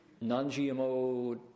non-GMO